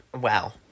Wow